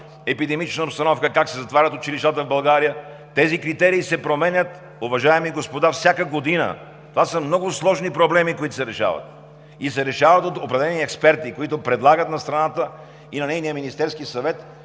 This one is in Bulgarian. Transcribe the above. епидемична обстановка, как се затварят училищата в България. Тези критерии се променят, уважаеми господа, всяка година. Това са много сложни проблеми, които се решават от определени експерти, които предлагат на страната и на нейния Министерски съвет